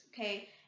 okay